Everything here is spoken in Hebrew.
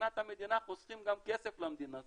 מבחינת המדינה חוסכים גם כסף למדינה,